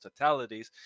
totalities